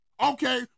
Okay